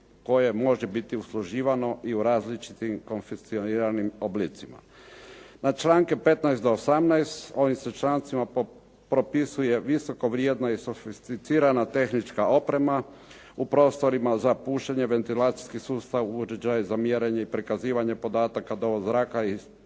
koje može biti usluživano i u različitim konfekcioniranim oblicima. Na članke 15. do 18. ovim se člancima propisuje visoko vrijedno i sofisticirana tehnička oprema u prostorima za pušenje, ventilacijski sustav, uređaji za mjerenje i prikazivanje podataka, dovod zraka i dr.